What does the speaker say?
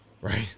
right